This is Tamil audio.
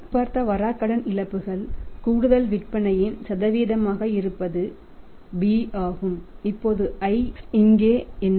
எதிர்பார்த்த வராக்கடன் இழப்புகள் கூடுதல் விற்பனையின் சதவீதமாக இருப்பது b ஆகும் இப்போது i இங்கே என்ன